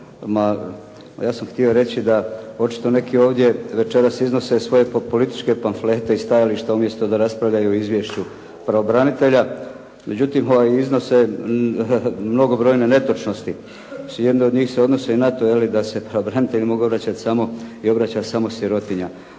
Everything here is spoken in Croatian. Ja sam htio reći da očito neki ovdje večeras iznose svoje političke pamflete i stajališta umjesto da raspravljaju o izvješću pravobranitelja. Međutim iznose mnogobrojne netočnosti, jedna od njih se odnosi i na to je li, da se pravobranitelju može obraćati samo i obraća